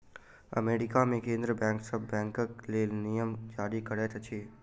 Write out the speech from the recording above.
America मे केंद्रीय bank सभ बैंकक लेल नियम जारी करैत अछि